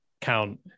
count